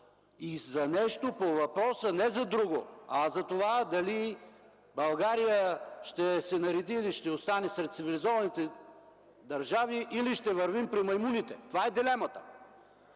с някакъв акт не за друго, а за това дали България ще се нареди или ще остане сред цивилизованите държави, или ще вървим при маймуните. Това е дилемата!